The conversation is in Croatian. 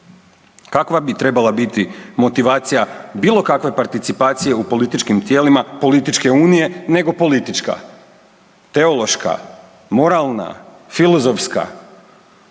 Kakva bi trebala biti motivacija bilo kakve participacije u političkim tijelima političke unije, nego politička. Teološka, moralna filozofska.